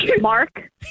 Mark